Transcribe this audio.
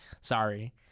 Sorry